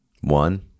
One